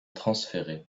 transféré